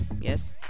Yes